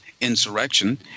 insurrection